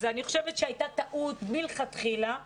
אני חושבת שמלכתחילה הייתה טעות,